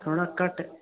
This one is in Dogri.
थोह्ड़ा घट्ट